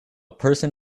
person